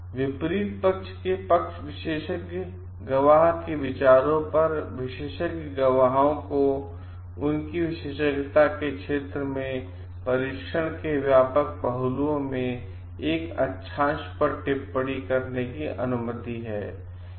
विपरीत पक्ष के विशेषज्ञ गवाह के विचारों पर विशेषज्ञ गवाहों को उनकी विशेषज्ञता के क्षेत्र में परीक्षण के व्यापक पहलुओं में एक अक्षांश पर टिप्पणी करने की अनुमति है